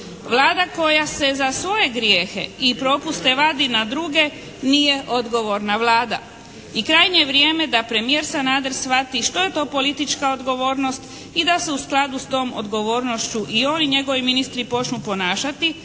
Vlada koja se za svoje grijehe i propuste vadi na druge nije odgovorna Vlada. I krajnje je vrijeme da premijer Sanader shvati što je to politička odgovornost i da se u skladu sa tom odgovornošću i on i njegovi ministri počnu ponašati.